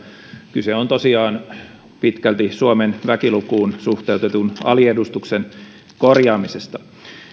kyse on tosiaan pitkälti suomen väkilukuun suhteutetun aliedustuksen korjaamisesta